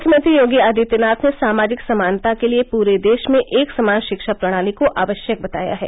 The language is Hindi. मुख्यमंत्री योगी आदित्यनाथ ने सामाजिक समानता के लिए पूरे देश में एक समान शिक्षा प्रणाली को आवश्यक बताया है